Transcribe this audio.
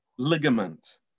ligament